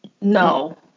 No